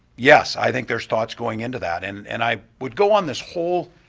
yes, i think there's thoughts going into that and and i would go on this whole